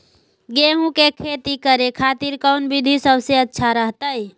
गेहूं के खेती करे खातिर कौन विधि सबसे अच्छा रहतय?